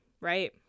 Right